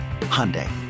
Hyundai